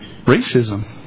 racism